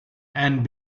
and